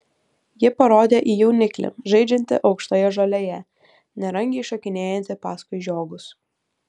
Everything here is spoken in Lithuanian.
ji parodė į jauniklį žaidžiantį aukštoje žolėje nerangiai šokinėjantį paskui žiogus